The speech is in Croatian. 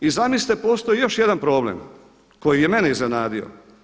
I zamislite postoji još jedan problem koji je mene iznenadio.